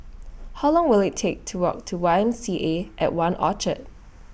How Long Will IT Take to Walk to Y M C A At one Orchard